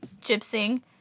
gypsying